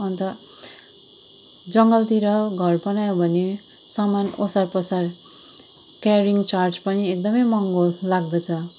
अन्त जङ्गलतिर घर बनायो भने सामान ओसार पोसार क्यारिङ चार्ज पनि एकदम महँगो लाग्दछ